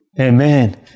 Amen